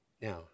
Now